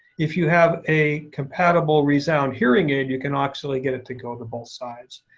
if you have a compatible resound hearing aid, you can actually get it to go to both sides.